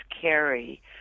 carry